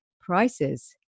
prices